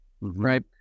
right